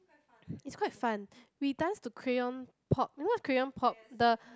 it's quite fun we dance to Crayon pop you know what's Crayon pop the